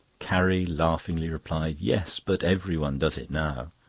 carrie laughingly replied yes but everyone does it now.